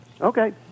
Okay